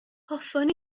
hoffwn